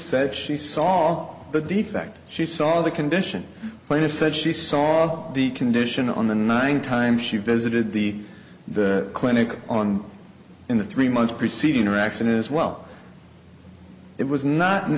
said she saw the defect she saw the condition plaintiff said she saw the condition on the nine times she visited the the clinic on in the three months preceding interaction is well it was not and